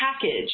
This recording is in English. package